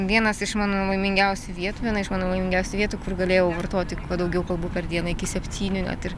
vienas iš mano laimingiausių vietų viena iš mano laimingiausių vietų kur galėjau vartoti kuo daugiau kalbų per dieną iki septynių net ir